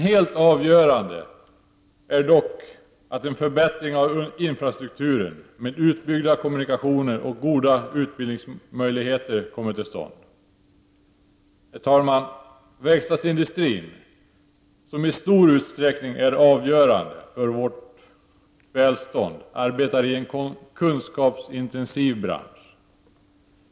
Helt avgörande är dock att en förbättring av infrastrukturen med utbyggda kommunikationer och goda utbildningsmöjligheter kommer till stånd. Herr talman! Verkstadsindustrin, som i stor utsträckning är avgörande för vårt välstånd, arbetar i en kunskapsintensiv bransch.